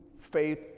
faith